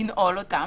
לנעול אותם,